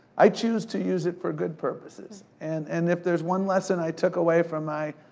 i choose to use it for good purposes. and and if there's one lesson i took away from my